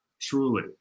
truly